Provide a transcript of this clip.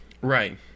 Right